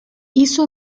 hizo